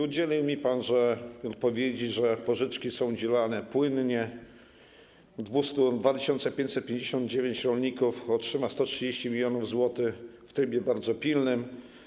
Udzielił mi pan odpowiedzi, że pożyczki są udzielane płynnie, 2559 rolników otrzyma 130 mln zł w trybie bardzo pilnym.